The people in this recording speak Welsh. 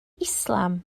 islam